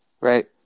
right